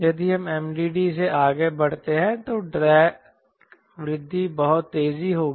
यदि हम MDD से आगे बढ़ते हैं तो ड्रैग वृद्धि बहुत तेज होगी